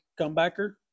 comebacker